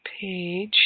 page